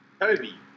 Toby